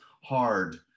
hard